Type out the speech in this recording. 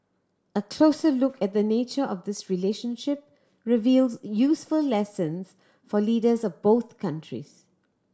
a closer look at the nature of this relationship reveals useful lessons for leaders of both countries